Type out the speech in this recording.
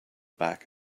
back